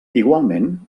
igualment